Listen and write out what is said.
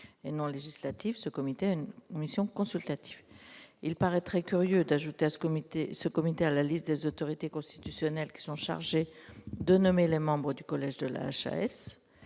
et non législative, et sa mission est consultative. Il serait donc curieux d'ajouter ce comité à la liste des autorités constitutionnelles qui sont chargées de nommer les membres du collège de la HAS.